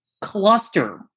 cluster